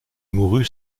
mourut